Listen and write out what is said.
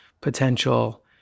potential